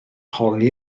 holi